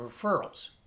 referrals